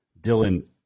Dylan